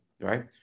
right